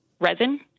resin